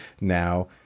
now